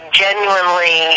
genuinely